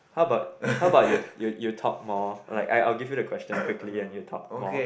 how about how about you you you talk more like I'll give you the question quickly and you talk more